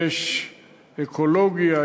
יש אקולוגיה,